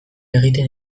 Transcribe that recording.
egiten